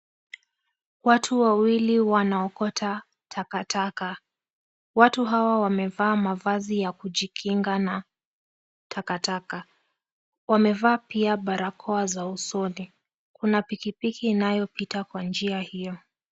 Watu wawili wanaokota takataka, watu hao wamevaa mavazi ya kujikinga na takataka wamevaa pia barakoa usoni, kuna pikipiki inayopita kwenye njia hiyo.